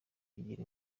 bigira